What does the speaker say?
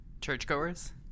churchgoers